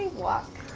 walk.